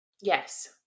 Yes